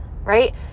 right